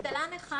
‏תל"ן אחד: